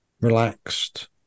relaxed